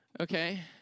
Okay